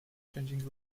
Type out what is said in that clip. changing